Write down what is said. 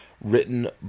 written